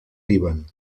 líban